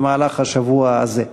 במהלך השבוע הזה.